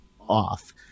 off